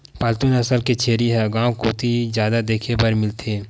पालतू नसल के छेरी ह गांव कोती जादा देखे बर मिलथे